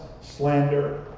slander